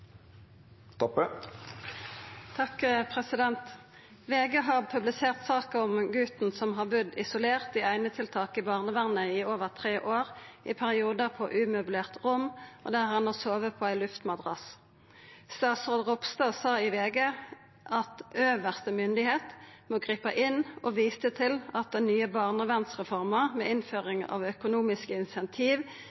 har publisert saka om guten som har budd isolert i einetiltak i barnevernet i over tre år, i periodar på umøblert rom, og der han har sove på ein luftmadrass. Statsråd Ropstad ba i VG «øvste myndigheit» gripe inn og viste til at den nye barnevernreforma med